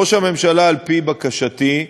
ראש הממשלה, על-פי בקשתי,